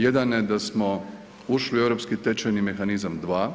Jedan je da smo ušli u europski tečajni mehanizam dva,